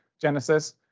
Genesis